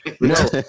No